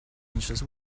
inches